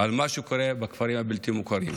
על מה שקורה בכפרים הבלתי-מוכרים.